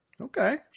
okay